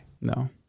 No